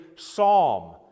psalm